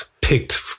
picked